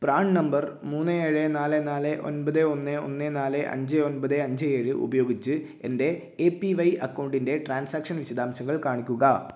PRAN number മൂന്ന് ഏഴ് നാല് നാല് ഒൻപത് ഒന്ന് ഒന്ന് നാല് അഞ്ച് ഒൻപത് അഞ്ച് ഏഴ് ഉപയോഗിച്ച് എൻ്റെ ഏ പി വൈ അക്കൗണ്ടിൻ്റെ ട്രാൻസാക്ഷൻ വിശദാംശങ്ങൾ കാണിക്കുക